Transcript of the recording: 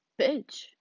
bitch